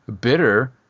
bitter